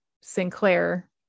Sinclair